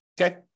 Okay